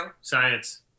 Science